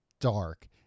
dark